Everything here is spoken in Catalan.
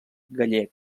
gallec